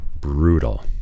brutal